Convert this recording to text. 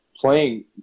playing